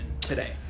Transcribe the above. today